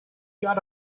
got